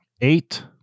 eight